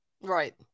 Right